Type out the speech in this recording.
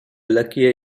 luckier